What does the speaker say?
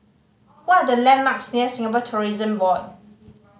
what are the landmarks near Singapore Tourism Board